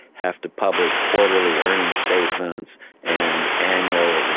have to publish quarterly earning statements and annual